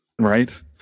Right